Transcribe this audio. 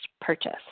purchase